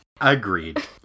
Agreed